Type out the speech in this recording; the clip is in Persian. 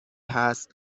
هست